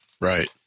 Right